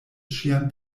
ŝian